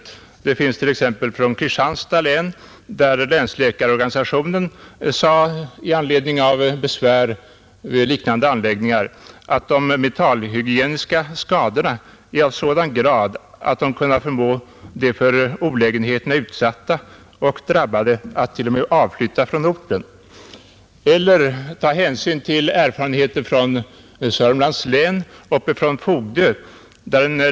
Erfarenheter finns t.ex. från Kristianstads län, där länsläkarorganisationen med anledning av besvär som anförts över liknande anläggningar uttalade att ”de mentalhygieniska skadorna är av sådan grad, att de kunna förmå de för olägenheterna utsatta och drabbade att t.o.m. avflytta från orten”. Jag kan också redovisa erfarenheter som man bör ta hänsyn till från Fogdö i Södermanlands län.